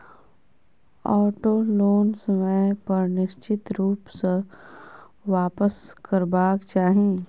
auto loan समय पर निश्चित रूप सॅ वापसकरबाक चाही